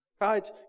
right